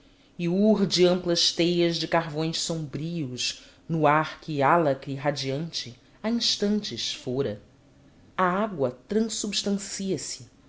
e urde amplas teias de carvões sombrios no ar que álacre e radiante há instantes fora a água transubstancia se